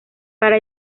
para